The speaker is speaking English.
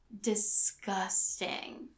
disgusting